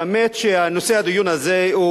האמת היא שנושא הדיון הזה הוא,